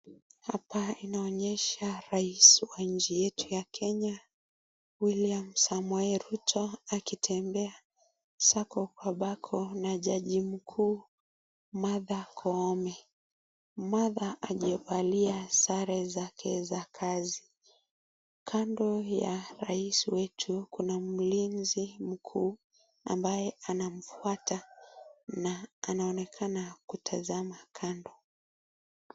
Hapa inaonyesha rais wa nchi yetu ya Kenya, William Samoei Ruto akitembea sako kwa bako na jaji mkuu, Martha Koome. Martha hajavalia sare zake za kazi, kando ya rais wetu kuna mlinzi mkuu ambaye anamfuata na anaonekana kutazama kando.